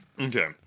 Okay